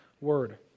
word